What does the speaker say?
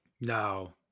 No